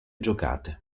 giocate